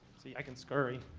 see? i can scurry.